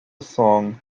song